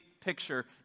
picture